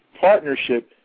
partnership